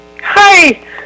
Hi